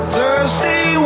Thursday